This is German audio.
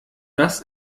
das